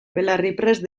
belarriprest